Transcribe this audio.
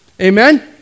Amen